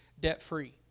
debt-free